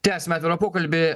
tęsiame atvirą pokalbį